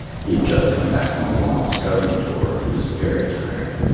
he had just come back from a long scouting tour and he was very tired.